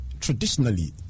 traditionally